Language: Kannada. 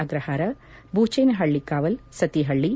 ಅಗ್ರಹಾರ ಬೂಚೇನಹಳ್ಳಿ ಕಾವಲ್ ಸತಿಹಳ್ಳಿ